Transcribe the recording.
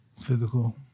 physical